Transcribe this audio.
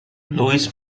louis